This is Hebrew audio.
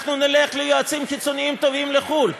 אנחנו נלך ליועצים חיצוניים טובים בחו"ל,